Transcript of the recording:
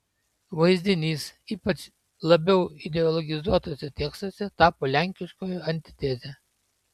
vaizdinys ypač labiau ideologizuotuose tekstuose tapo lenkiškojo antiteze